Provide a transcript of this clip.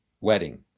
wedding